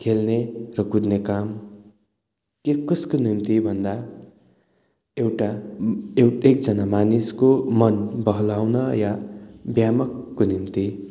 खेल्ने र कुद्ने काम के कसको निम्ति भन्दा एउटा एउ एकजना मानिसको मन बहलाउन या व्यायामको निम्ति